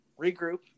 regroup